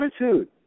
attitude